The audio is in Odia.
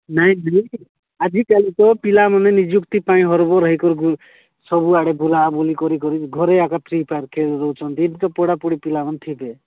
ନାଇଁ ଯେ ଆଜିକାଲି ତ ପିଲାମାନେ ନିଯୁକ୍ତି ପାଇଁ ହରବର ହେଇକରିକି ସବୁଆଡ଼େ ବୁଲାବୁଲି କରି କରି ଘରେ ଆକା ଫ୍ରି ଫାୟାର ଖେଳି ଦେଉଛନ୍ତି ପିଲାମାନେ ଥିବେ